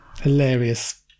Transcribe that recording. hilarious